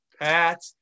Pat